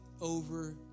over